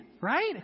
right